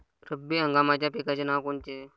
रब्बी हंगामाच्या पिकाचे नावं कोनचे?